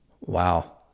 Wow